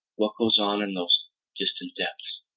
what goes on in those distant depths?